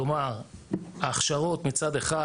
כלומר ההכשרות מצד אחד